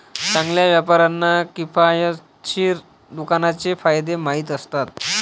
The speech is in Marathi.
चांगल्या व्यापाऱ्यांना किफायतशीर दुकानाचे फायदे माहीत असतात